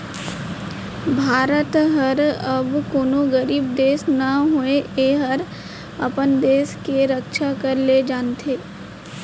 भारत हर अब कोनों गरीब देस नो हय एहर अपन देस के रक्छा करे ल जानथे